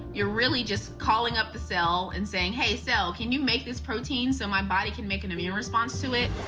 you're really just calling up the cell and saying, hey, cell, can you make this protein so my body can make an immune response to it?